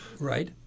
Right